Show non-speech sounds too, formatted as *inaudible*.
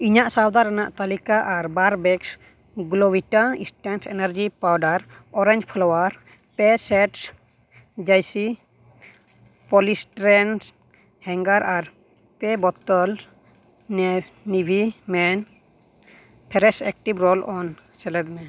ᱤᱧᱟᱹᱜ ᱥᱚᱣᱫᱟ ᱨᱮᱱᱟᱜ ᱛᱟᱞᱤᱠᱟ ᱟᱨ ᱵᱟᱨ bags Glucovita instant energy powder orange flavour ᱯᱮ ᱥᱮᱴᱥ ᱡᱮᱭᱥᱤ ᱯᱚᱞᱟᱭᱥᱴᱟᱭᱨᱤᱱ ᱦᱮᱝᱜᱟᱨ ᱟᱨ ᱯᱮ bottles *unintelligible* Nivea men fresh active roll on ᱥᱮᱞᱮᱫᱽᱢᱮ